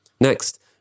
Next